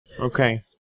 Okay